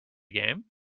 game